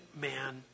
man